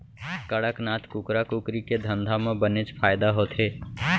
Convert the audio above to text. कड़कनाथ कुकरा कुकरी के धंधा म बनेच फायदा होथे